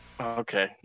Okay